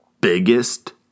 biggest